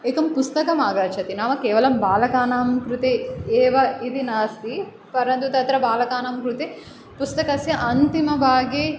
एकं पुस्तकम् आगच्छति नाम केवलं बालकानां कृते एव इति नास्ति परन्तु तत्र बालाकानां कृते पुस्तकस्य अन्तिमभागे